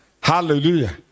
hallelujah